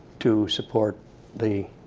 to support the